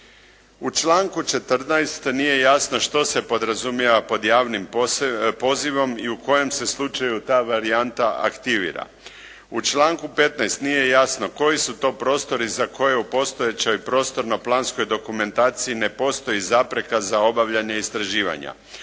U članku 14. nije jasno što se podrazumijeva pod javnim pozivom i u kojem se slučaju ta varijanta aktivira. U članku 15. to nije jasno koji su to prostori za koje u postojećoj prostorno planskoj dokumentaciji ne postoji zapreka za obavljanje istraživanja.